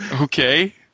Okay